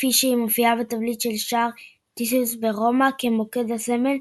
כפי שהיא מופיעה בתבליט על שער טיטוס ברומא כמוקד הסמל,